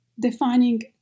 defining